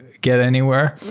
get anywhere.